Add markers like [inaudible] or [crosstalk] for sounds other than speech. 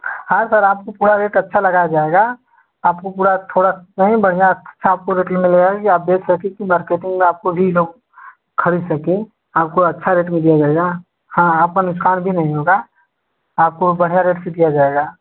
हाँ सर आपको पूरा रेट अच्छा लगाया जाएगा आपको पूरा थोड़ा नहीं बढ़ियाँ साफ़ फूल [unintelligible] मिलेगा आप देख सकें कि मार्केटिंग में आपको भी लोग खरीद सकें आपको अच्छा रेट में दिया जाएगा हाँ आपका नुकसान भी नहीं होगा आपको बढ़िया रेट से दिया जाएगा